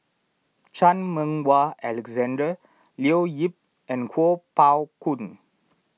Chan Meng Wah Alexander Leo Yip and Kuo Pao Kun